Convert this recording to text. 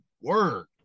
word